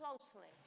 closely